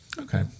Okay